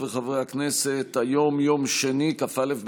דברי הכנסת יח / מושב ראשון / ישיבות נ"ג נ"ה / כ"א כ"ג